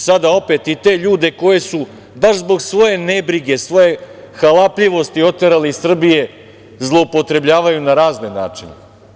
Sada opet i te ljude koji su baš zbog svoje nebrige, svoje halapljivosti oterali iz Srbije zloupotrebljavaju na razne načine.